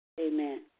Amen